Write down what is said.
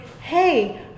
Hey